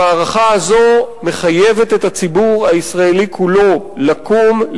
המערכה הזאת מחייבת את הציבור הישראלי כולו לקום,